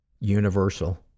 universal